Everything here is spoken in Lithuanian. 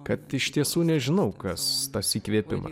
kad iš tiesų nežinau kas tas įkvėpimas